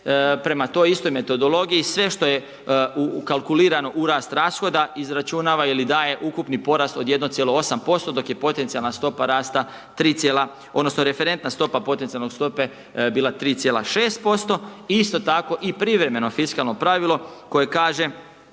prema toj istoj metodologiji sve što je ukalkulirano u rast rashoda izračunava ili daje ukupni porast od 1,8% do je potencijalna stopa rasta 3 cijela, odnosno referentna stopa potencijalne